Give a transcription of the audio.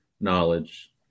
knowledge